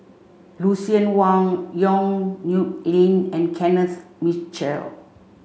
Lucien Wang Yong Nyuk Lin and Kenneth Mitchell